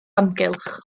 amgylch